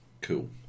cool